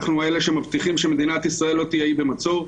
אנחנו אלה שמבטיחים שמדינת ישראל לא תהיה אי במצור.